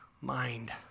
mind